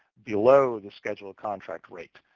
below the scheduled contract rate.